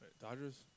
Dodgers